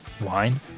wine